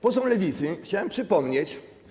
Posłom Lewicy chciałem przypomnieć.